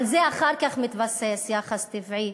על זה אחר כך מתבסס יחס טבעי